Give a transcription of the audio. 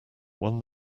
one